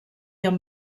amb